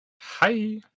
Hi